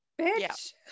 Bitch